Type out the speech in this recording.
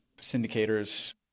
syndicators